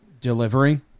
Delivery